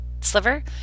sliver